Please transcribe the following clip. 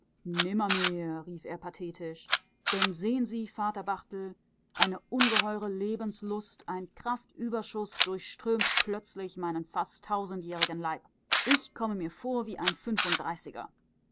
nimmermehr rief er pathetisch denn sehen sie vater barthel eine ungeheure lebenslust ein kraftüberschuß durchströmt plötzlich meinen fast tausendjährigen leib ich komme mir vor wie ein fünfunddreißiger